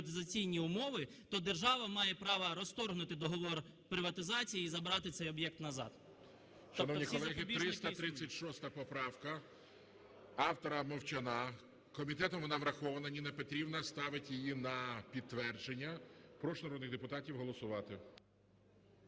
Шановні колеги, 336 поправка автора Мовчана. Комітетом вона врахована. Ніна Петрівна ставить її на підтвердження. Прошу народних депутатів голосувати.